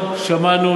בבית-שמש,